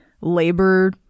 labor